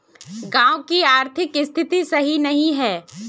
गाँव की आर्थिक स्थिति सही नहीं है?